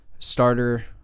starter